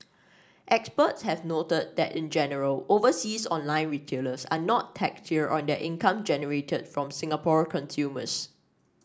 experts have noted that in general overseas online retailers are not taxed here on their income generated from Singapore consumers